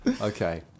Okay